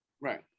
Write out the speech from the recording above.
Right